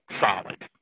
Solid